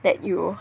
that you